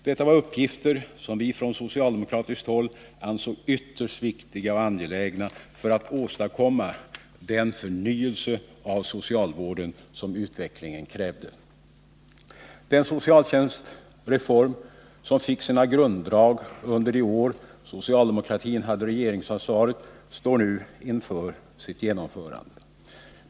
Detta var uppgifter som vi från socialdemokratiskt håll ansåg ytterst viktiga och angelägna för att åstadkomma den förnyelse av socialvården som utvecklingen krävde. Den socialtjänstreform som fick sina grunddrag under de år socialdemokratin hade regeringsansvaret står nu inför sitt genomförande.